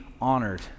honored